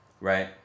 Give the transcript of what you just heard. Right